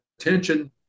attention